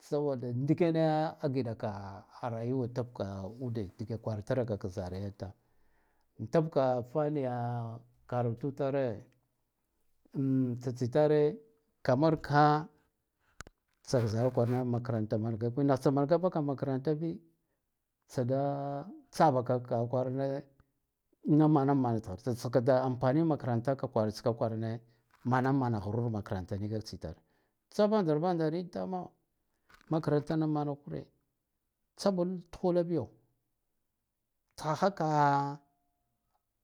Saboda ndikena a giɗaka rayuwa tib ka ude dige kwaratraka zara yan tam an tab ka fanniya karatu tare an tsatsitara kamar ka tsak zara kwarane makranta mangaka nakhtsa mangabaka makarantabi tsada tsabaka kwarane niyam manammata tsatsada amfani makaranta ka kwarane manamma ghrur makaranta nika tsitar tsa vandar vadarintama makarantan kare tsabud tkhula biyo tkhahaka